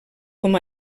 com